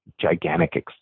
gigantic